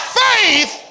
faith